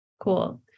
Cool